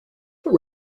but